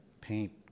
paint